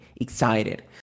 excited